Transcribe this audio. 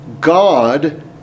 God